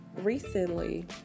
recently